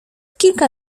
kilka